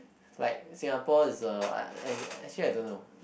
like Singapore is a actually I don't know